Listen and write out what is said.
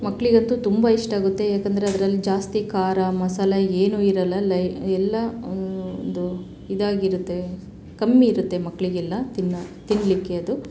ಮಕ್ಕಳಿಗಂತೂ ತುಂಬ ಇಷ್ಟಾಗುತ್ತೆ ಏಕಂದರೆ ಅದ್ರಲ್ಲಿ ಜಾಸ್ತಿ ಖಾರ ಮಸಾಲೆ ಏನೂ ಇರೋಲ್ಲ ಲೈ ಎಲ್ಲ ಒಂದು ಇದಾಗಿರುತ್ತೆ ಕಮ್ಮಿ ಇರುತ್ತೆ ಮಕ್ಕಳಿಗೆಲ್ಲ ತಿನ್ನೋ ತಿನ್ನಲಿಕ್ಕೆ ಅದು